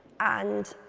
and